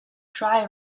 dry